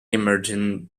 emerging